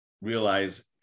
realize